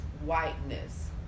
whiteness